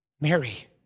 Mary